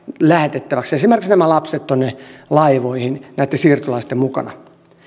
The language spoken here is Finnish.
esimerkiksi nämä lapset lähetettäväksi tuonne laivoihin näitten siirtolaisten mukana